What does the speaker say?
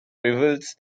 reveals